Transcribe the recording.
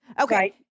Okay